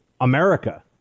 America